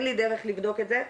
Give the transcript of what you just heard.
אין לי דרך לבדוק את זה.